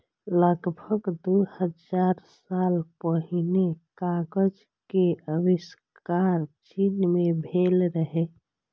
लगभग दू हजार साल पहिने कागज के आविष्कार चीन मे भेल रहै